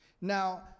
Now